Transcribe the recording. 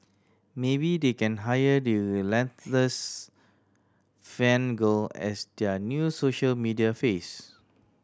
maybe they can hire the relentless fan girl as their new social media face